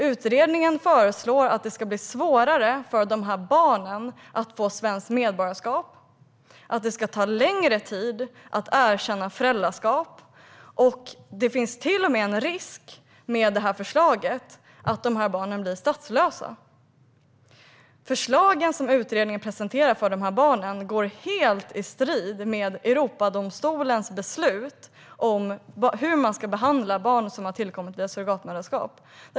Utredningen föreslår att det ska bli svårare för de här barnen att få svenskt medborgarskap och att det ska ta längre tid att erkänna föräldraskap. I och med det här förslaget finns det till och med en risk att dessa barn blir statslösa. Förslagen som utredningen presenterar för dessa barn går helt i strid med Europadomstolens beslut om hur man ska behandla barn som har tillkommit via surrogatmoderskap.